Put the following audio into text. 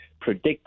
predict